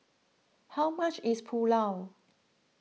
how much is Pulao